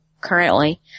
currently